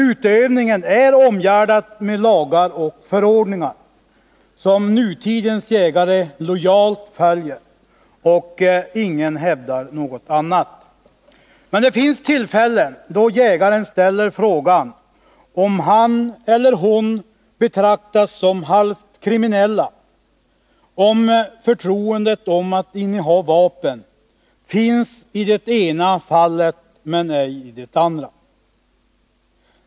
Utövningen är omgärdad med lagar och förordningar som nutidens jägare lojalt följer — ingen hävdar något annat. Men det finns tillfällen då jägaren ställer frågan om han eller hon betraktas som halvt kriminell och varför förtroendet när det gäller att inneha vapen finns i det ena fallet men ej i det andra.